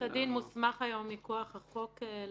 בית הדין מוסמך היום מכוח החוק לפרסם.